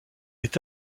est